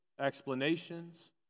explanations